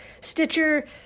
Stitcher